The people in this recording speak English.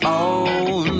own